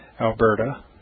Alberta